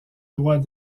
droit